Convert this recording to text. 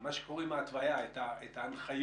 מה שקורה עם ההתוויה, את ההנחיות